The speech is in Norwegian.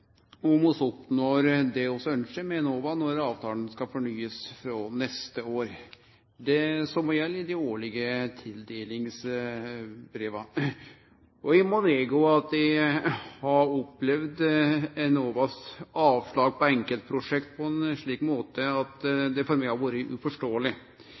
om vi oppnår det vi ønskjer med Enova når avtalen skal fornyast frå neste år. Det same gjeld i dei årlege tildelingsbreva. Eg må vedgå at eg har opplevd Enovas avslag på enkeltprosjekt på ein slik måte at